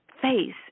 face